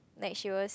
like she was